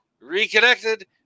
reconnected